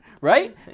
right